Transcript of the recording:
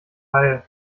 heil